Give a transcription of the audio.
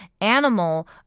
animal